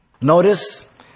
Notice